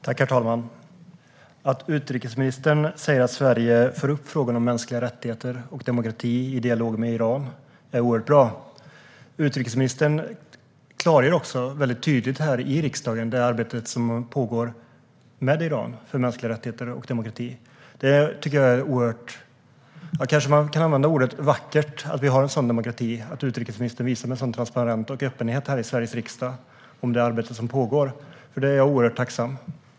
Herr talman! Att utrikesministern säger att Sverige för upp frågan om mänskliga rättigheter och demokrati i dialog med Iran är oerhört bra. Utrikesministern klargör också väldigt tydligt här i riksdagen det arbete som pågår med Iran för mänskliga rättigheter och demokrati. Kanske jag kan uttrycka det som att det är oerhört vackert att vi har en sådan demokrati att utrikesministern med en sådan transparens och öppenhet i Sveriges riksdag kan visa på det arbete som pågår. För detta är jag oerhört tacksam.